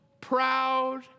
proud